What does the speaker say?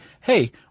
hey